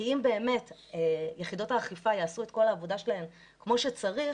כי אם באמת יחידות האכיפה יעשו את כל העבודה שלהן כמו שצריך,